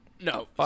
No